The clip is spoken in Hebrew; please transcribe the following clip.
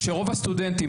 כשרוב הסטודנטים,